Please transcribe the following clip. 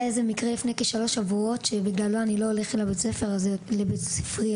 לפני כשלושה שבועות היה איזשהו מקרה שבגללו אני לא הולך יותר לבית הספר.